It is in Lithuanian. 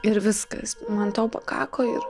ir viskas man to pakako ir